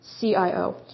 CIO